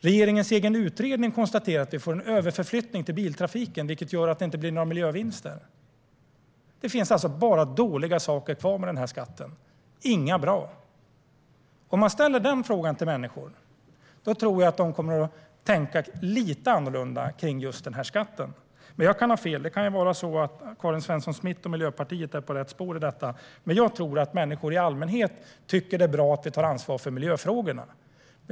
Regeringens egen utredning konstaterar att vi får en överflyttning till biltrafiken, vilket gör att det inte blir några miljövinster. Det finns alltså bara dåliga saker kvar med skatten, och inga bra. Om man ställer denna fråga till människor tror jag att de kommer att tänka lite annorlunda om skatten. Men jag kan ha fel. Det kan vara så att Karin Svensson Smith och Miljöpartiet är på rätt spår, men jag tror att människor i allmänhet tycker att det är bra att vi tar ansvar för miljöfrågorna.